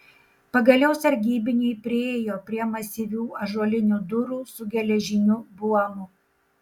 pagaliau sargybiniai priėjo prie masyvių ąžuolinių durų su geležiniu buomu